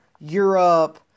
Europe